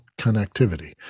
connectivity